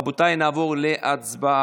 רבותיי, נעבור להצבעה.